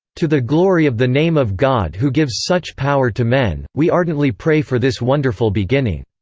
to the glory of the name of god who gives such power to men, we ardently pray for this wonderful beginning.